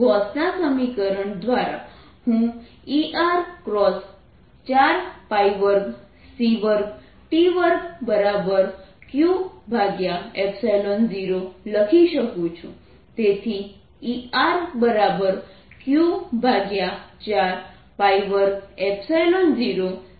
Gauss ના સમીકરણ દ્વારા હું Er×42c2t2q0 લખી શકું છું તેથી Erq42 0 c2 t2 છે